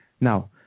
now